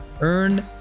Earn